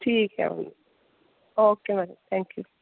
ठीक ऐ okay madam thank U